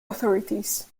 authorities